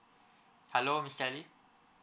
hello miss sally